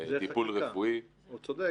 טיפול רפואי --- הוא צודק.